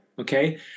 Okay